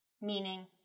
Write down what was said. Meaning